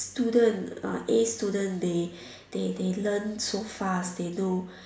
student uh A student they they they learn so fast they know